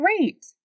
great